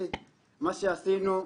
מה שעשינו,